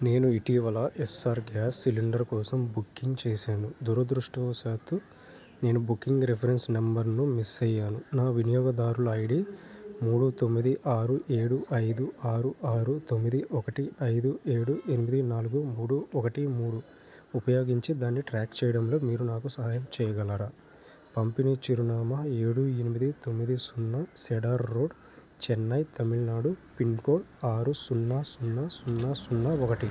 నేను ఇటీవల Essar gas cylinder కోసం బుకింగ్ చేసాను దురదృష్టవశాత్తు నేను బుకింగ్ రిఫరెన్స్ నంబర్ను మిస్ అయ్యాను నా వినియోగదారుల ఐడి మూడు తొమ్మిది ఆరు ఏడు ఐదు ఆరు ఆరు తొమ్మిది ఒకటి ఐదు ఏడు ఎనిమిది నాలుగు మూడు ఒకటి మూడు ఉపయోగించి దాన్ని ట్రాక్ చెయ్యడంలో మీరు నాకు సహాయం చెయ్యగలరా పంపిణీ చిరునామా ఏడు ఎనిమిది తొమ్మిది సున్నా cedar road Chennai Tamil Nadu pin code ఆరు సున్నా సున్నా సున్నా సున్నా ఒకటి